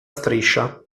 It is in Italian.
striscia